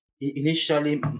initially